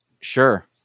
Sure